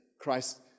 Christ